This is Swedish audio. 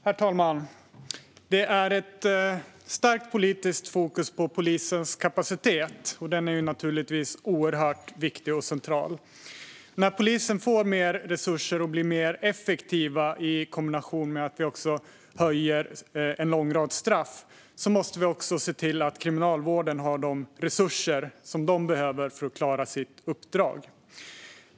Herr talman! Det är ett starkt politiskt fokus på polisens kapacitet. Den är naturligtvis oerhört viktig och central. När polisen får mer resurser och blir mer effektiv i kombination med att vi höjer en lång rad straff måste vi också se till att Kriminalvården har de resurser som de behöver för att klara sitt uppdrag.